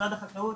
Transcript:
משרד החקלאות,